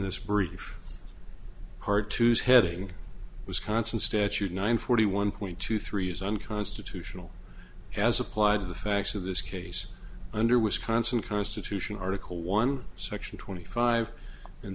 this brief hard to say heading wisconsin statute nine forty one point two three is unconstitutional as applied to the facts of this case under wisconsin constitution article one section twenty five